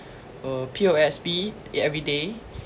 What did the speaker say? uh P_O_S_B Everyday